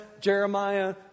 Jeremiah